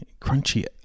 crunchy